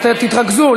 תתרכזו,